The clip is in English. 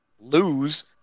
lose